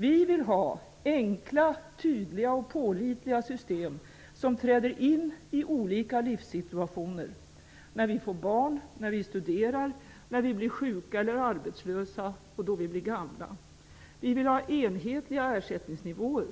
Vi vill ha enkla, tydliga och pålitliga system som träder in i olika livssituationer -- när vi får barn, när vi studerar, när vi blir sjuka eller arbetslösa och när vi blir gamla. Vi vill ha enhetliga ersättningsnivåer.